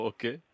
Okay